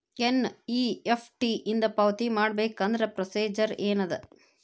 NEFT ಇಂದ ಪಾವತಿ ಮಾಡಬೇಕಂದ್ರ ಪ್ರೊಸೇಜರ್ ಏನದ